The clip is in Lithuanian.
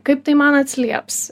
kaip tai man atsilieps